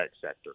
sector